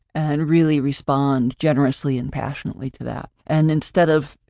and really respond generously and passionately to that. and instead of,